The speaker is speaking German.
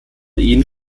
ihnen